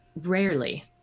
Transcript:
rarely